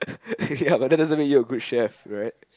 ppl but that doesn't make you a good chef right